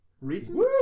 Reading